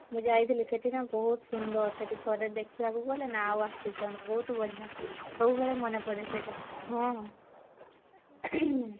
ମୁଁ ଯାଇଥିଲି ସେଇଠି ନାଁ ବହୁତ ସୁନ୍ଦର ସେଇଠି ଥରେ ଦେଖିବାକୁ ଗଲେ ନାଁ ଆଉ ଆସିତେ ଇଚ୍ଛା ହେବନି ବହୁତ ବଢ଼ିଆ ସବୁବେଳେ ମନେପଡ଼େ ସେ କଥା ହଁ